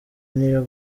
n’iyo